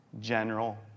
general